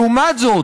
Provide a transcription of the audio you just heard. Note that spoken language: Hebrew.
לעומת זאת,